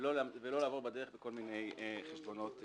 ולא לעבור בדרך דרך כל מיני חשבונות ביניים.